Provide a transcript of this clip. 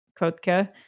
Kotka